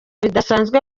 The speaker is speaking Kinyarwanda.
bidasanzwe